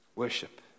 worship